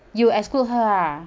you exclude her uh